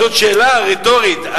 זו שאלה רטורית.